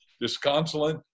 disconsolate